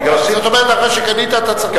זאת אומרת, אחרי שקנית אתה צריך לפתח.